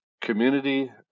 Community